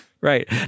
Right